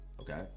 Okay